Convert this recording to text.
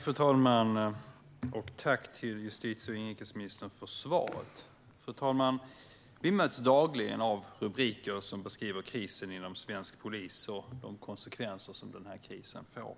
Fru talman! Jag tackar justitie och inrikesministern för svaret. Fru talman! Vi möts dagligen av rubriker som beskriver krisen inom svensk polis och de konsekvenser som krisen får.